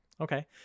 Okay